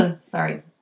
Sorry